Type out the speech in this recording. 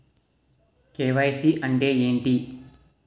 KYC అంటే ఏంటి?